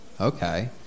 Okay